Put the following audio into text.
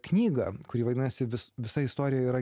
knygą kuri vadinasi vis visa istorija yra